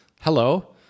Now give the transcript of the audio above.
Hello